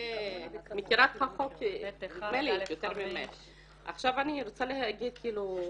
מבחינת החוק --- עכשיו אני רוצה להגיד ככה,